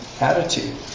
attitude